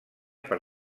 per